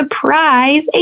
surprise